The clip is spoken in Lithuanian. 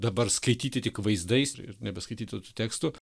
dabar skaityti tik vaizdais ir nebe skaityti tų tekstų